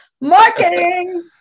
Marketing